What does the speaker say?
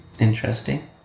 Interesting